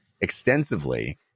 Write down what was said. extensively